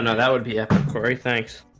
and that would be epic. cory thanks.